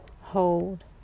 hold